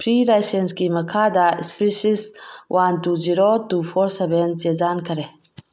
free ꯂꯥꯏꯁꯦꯟꯁꯀꯤ ꯃꯈꯥꯗ ꯏꯁꯄꯦꯁꯤꯁ one two zero two four seven ꯆꯦꯖꯥꯟꯈꯔꯦ